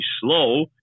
slow